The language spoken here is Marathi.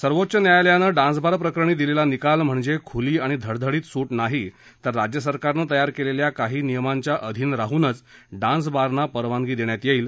सर्वोच्च न्यायालयानं डान्स बार प्रकरणी दिलेला निकाल म्हणजे खुली आणि धडधडीत सुट नाही तर राज्य सरकारनं तयार केलेल्या काही नियमांच्याअधीन राहूनच डान्स बारना परवानगी देण्यात येईल